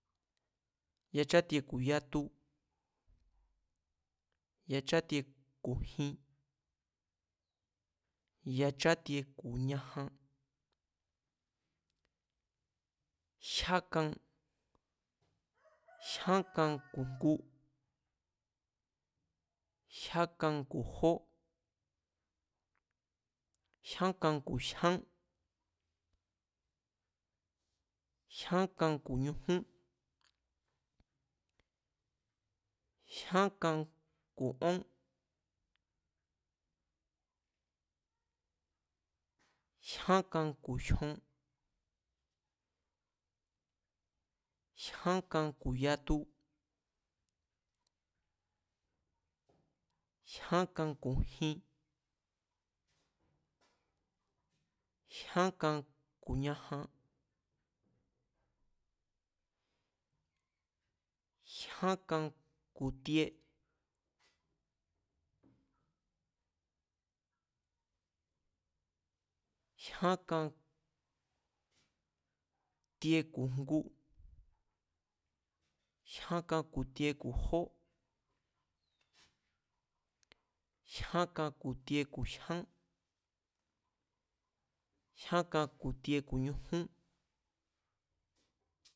Yachátie ku̱ yatu, yachátie ku̱ jin, yachátie ku̱ ñajan, jyán kan, jyán kan ku̱ jngu, jyán kan ku̱ jó, jyán kan ku̱ jyán, jyán kan ku̱ ñujún, jyán kan ku̱ ón, jyán kan ku̱ jyon, jyán kan ku̱ yatu jyán kan ku̱ jin, jyán kan ku̱ ñajan, jyan kan ku̱ tie, jyánkan ku̱ tie, jyán kan tie ku̱ jngu, ku̱ tie ku̱ jó, jyákan ku̱ tie ku̱ jyán, jyán kan ku̱ tie ku̱ ñujún